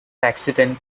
accident